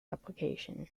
application